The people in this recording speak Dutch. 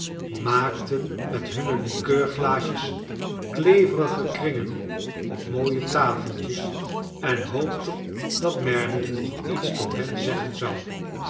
maakten met hunne likeurglaasjes kleverige kringen op mooie tafeltjes en hoopten dat merdle nog iets tot hen zeggen zou